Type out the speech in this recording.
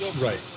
Right